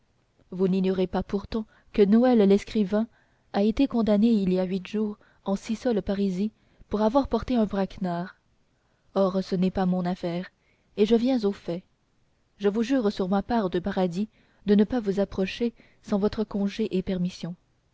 vous n'ignorez pas pourtant que noël lescripvain a été condamné il y a huit jours en dix sols parisis pour avoir porté un braquemard or ce n'est pas mon affaire et je viens au fait je vous jure sur ma part de paradis de ne pas vous approcher sans votre congé et permission